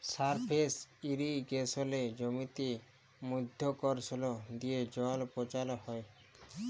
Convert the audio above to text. surface ইরিগেসলে জমিতে মধ্যাকরসল দিয়ে জল পৌঁছাল হ্যয়